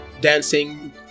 dancing